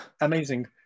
amazing